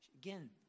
Again